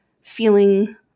feeling